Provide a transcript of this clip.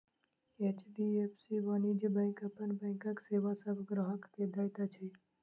HDFC वाणिज्य bank अपन बैंकक सेवा सभ ग्राहक के दैत अछि